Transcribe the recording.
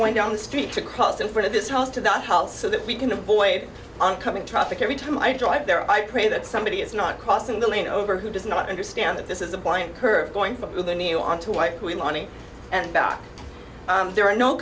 going down the street to cross in front of this house to the house so that we can avoid on coming traffic every time i drive there i pray that somebody is not crossing the line over who does not understand that this is a blind curve going through the new on to white and back there are no